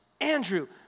Andrew